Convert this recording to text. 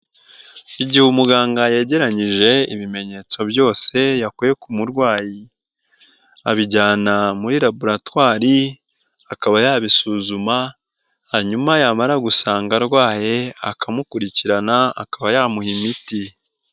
Igihe umuganga yageranyije ibimenyetso byose yakuye ku murwayi, abijyana muri Laboratwari akaba yabisuzuma, hanyuma yamara gusanga arwaye, akamukurikirana akaba yamuha imiti.